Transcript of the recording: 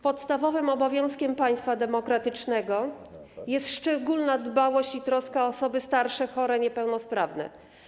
Podstawowym obowiązkiem państwa demokratycznego jest szczególna dbałość i troska o osoby starsze, chore, niepełnosprawne.